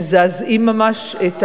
מזעזעים ממש.